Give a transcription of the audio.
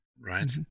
Right